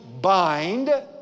bind